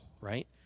right